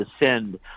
descend